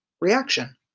reaction